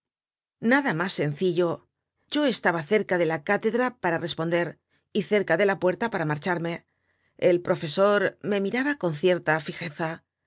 nada mas sencillo yo estaba cerca de la cátedra para responder y cerca de la puerta para marcharme el profesor me miraba con cierta fijeza